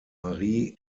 marie